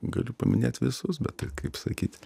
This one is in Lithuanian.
galiu paminėt visus bet tai kaip sakyt